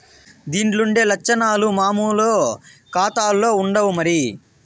దీన్లుండే లచ్చనాలు మామూలు కాతాల్ల ఉండవు మరి